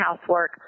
housework